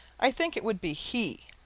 i think it would be he.